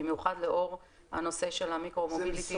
במיוחד לאור הנושא של המיקרו מוביליטי והאופניים.